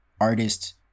artist